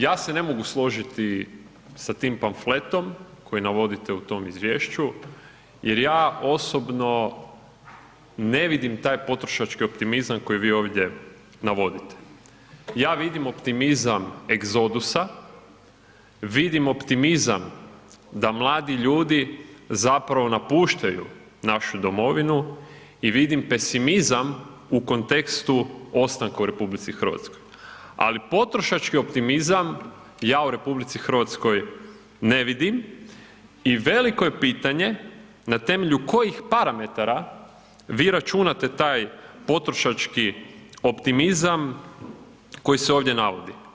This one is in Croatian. Ja se ne mogu složiti sa tim pamfletom koji navodite u tom izvješću jer ja osobno ne vidim taj potrošački optimizam koji vi ovdje navodite, ja vidim optimizam egzodusa, vidim optimizam da mladi ljudi zapravo napuštaju našu domovinu i vidim pesimizam u kontekstu ostanka u RH, ali potrošački optimizam ja u RH ne vidim i veliko je pitanje na temelju kojih parametara vi računate taj potrošački optimizam koji se ovdje navodi?